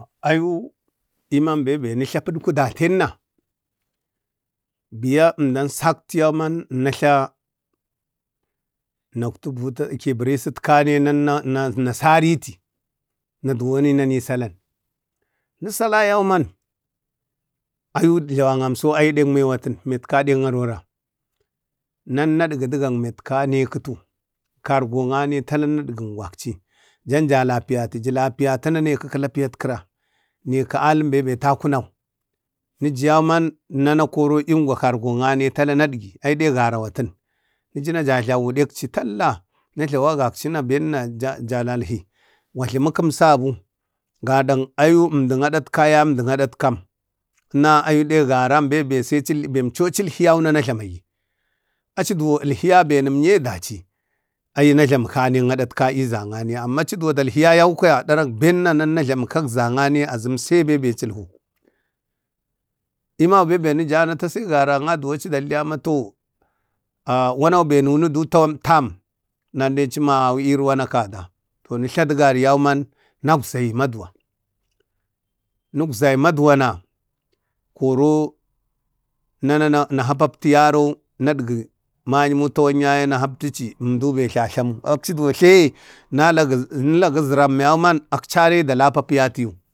Ayu linam be be nətla puɗku daten biya emda sakti yauman nu tla nantla buta kibərisən kane nan na na na sariti. Nə duwan na ni salana ni salan yauman ayu jlawang so ayu deng miyuwatin metka deng arora nan nadgi du gang metka neketu kalgil nane tala nadgo dun gwakci janja lapiyati ju lapiyatua nane ku kirapiyatkira neku alin bembe atu kunau ni ja man nana koro ingwa kargun tala nadgi ay dik garawatin wuci ja jlawi dekci talla nu jlawuna ja lalhi gwa jlamukum sabu gadaeng ayu emdik adatkaya emdik adatkam, na ayu dang garan bebe se ci bem co acilhuna najlami aci duwo elhiya be nem ye daci ay na jlamu kane kang adatka eezang emmaci duwa dalhiya emma bembe kwaya dark beenna jlamu kak zangne azuma se de bembe acilhu eema bembe ni ja natasi garaŋa duwan aci dalhiya ma to wana be nuunudu no tam nalhecima wana kada nu tla du gari yauman nakzayi maduwa nukzay maduwana koro nana na hahapti yaro nadgi mayumu tawan yaye na haptici emdo be tlatlam aci duwo tlaye nalagu zuramma yau man akca na yi da lapapiyatiyu.